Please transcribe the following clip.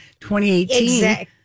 2018